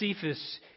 Cephas